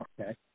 Okay